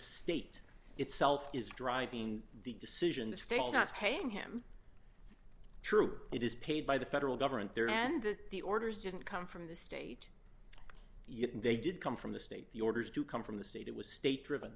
state itself is driving the decision the state's not paying him true it is paid by the federal government there and that the orders didn't come from the state yet they did come from the state the orders do come from the state it was state driven